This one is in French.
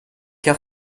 car